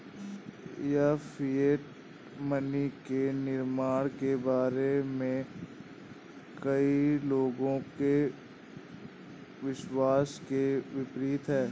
यह fiat money के निर्माण के बारे में कई लोगों के विश्वास के विपरीत है